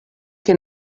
que